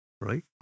Right